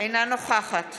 אינה נוכחת